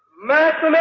mercy,